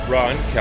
Ron